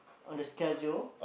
on the schedule